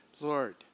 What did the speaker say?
Lord